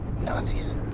Nazis